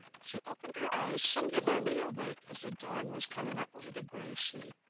she opened her eyes singularly awake as the dawn was coming up over the grey sea.